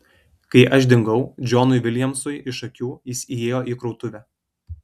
kai aš dingau džonui viljamsui iš akių jis įėjo į krautuvę